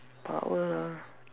power lah